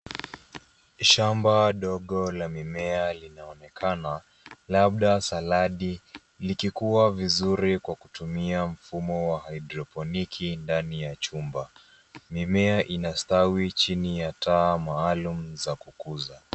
Shamba dogo la mimea linaonekana, labda saladi likikua vizuri kwa kutumia mfumo wa hydroponiki ndani ya chumba. Mimea inastawi chini ya taa maalum za kukuza.